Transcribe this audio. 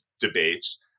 debates